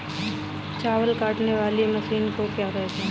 चावल काटने वाली मशीन को क्या कहते हैं?